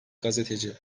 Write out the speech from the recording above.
gazeteci